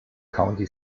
county